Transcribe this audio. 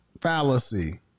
fallacy